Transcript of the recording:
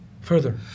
further